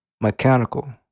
mechanical